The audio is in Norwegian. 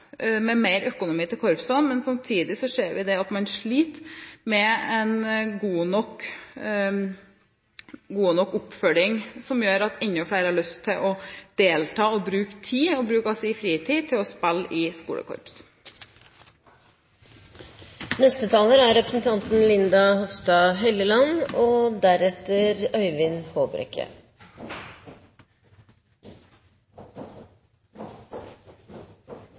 med mer økonomi til korpsene. Samtidig ser vi at man sliter med en god nok oppfølging som gjør at enda flere får lyst til å delta og bruke av sin fritid til å spille i skolekorps. Jeg vil først takke for et veldig godt representantforslag fra Kristelig Folkeparti, som vi debatterer her i salen i dag. Høyre støtter fullt og